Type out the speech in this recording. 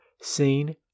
seen